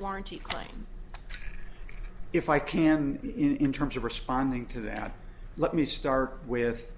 warranty claim if i can in terms of responding to that let me start with